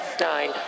nine